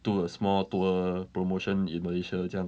to a small tour promotion in malaysia 这样